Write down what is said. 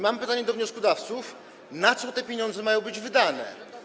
Mam pytanie do wnioskodawców: Na co te pieniądze mają być wydane?